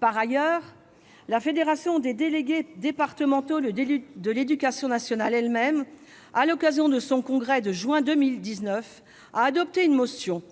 Par ailleurs, la Fédération des délégués départementaux de l'éducation nationale elle-même, à l'occasion de son congrès de juin dernier, a adopté une motion